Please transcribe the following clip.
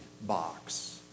box